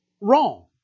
wrong